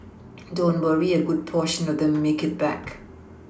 don't worry a good portion of them make it back